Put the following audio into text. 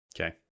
Okay